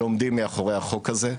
שעומדים מאחורי החוק הזה.